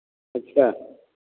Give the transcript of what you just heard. अच्छा